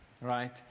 right